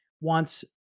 wants